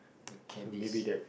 the cabist